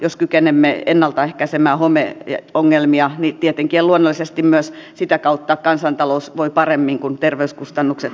jos kykenemme ennaltaehkäisemään homeongelmia niin tietenkin ja luonnollisesti myös sitä kautta kansantalous voi paremmin kun terveyskustannukset alenevat